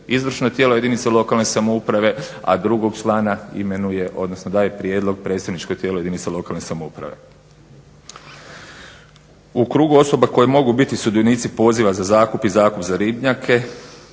izvršno tijelo jedinice lokalne samouprave, a drugog člana imenuje odnosno daje prijedlog predstavničko tijelo jedinice lokalne samouprave. U krugu osoba koje mogu biti sudionici poziva za zakup i zakup za ribnjake